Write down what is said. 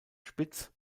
spitz